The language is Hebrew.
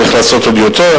צריך לעשות עוד יותר,